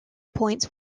points